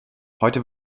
heute